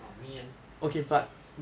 !aww! man sucks